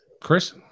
Chris